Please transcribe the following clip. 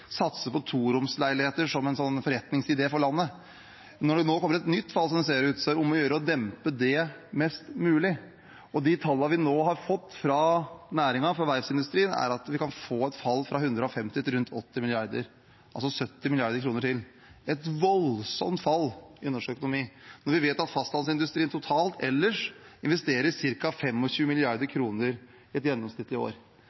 satse på toromsleiligheter som en forretningsidé for landet. Når det nå kommer et nytt fall, som det ser ut til, er det om å gjøre å dempe det mest mulig. De tallene vi nå har fått fra næringen, fra verftsindustrien, er at vi kan få et fall fra 150 mrd. kr til rundt 80 mrd. kr – altså 70 mrd. kr til – et voldsomt fall i norsk økonomi når vi vet at fastlandsindustrien totalt ellers investerer ca. 25 mrd. kr et gjennomsnittlig år.